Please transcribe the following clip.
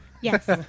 Yes